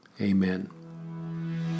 amen